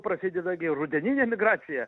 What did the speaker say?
prasideda gi rudeninė migracija